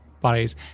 bodies